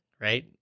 right